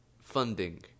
funding